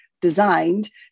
designed